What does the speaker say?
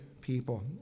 people